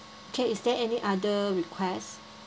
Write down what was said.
okay is there any other request